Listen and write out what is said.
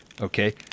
okay